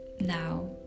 now